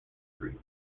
streets